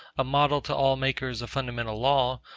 a model to all makers of fundamental law,